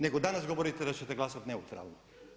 Nego danas govorite da ćete glasati neutralni.